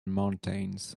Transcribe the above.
mountains